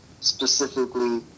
specifically